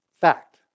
Fact